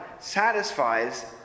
satisfies